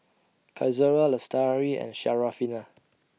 Qaisara Lestari and Syarafina